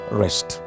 rest